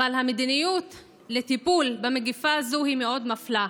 אבל המדיניות לטיפול במגפה הזאת היא מאוד מפלה.